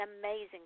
amazing